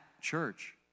church